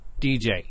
DJ